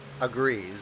agrees